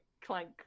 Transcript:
Clank